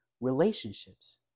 relationships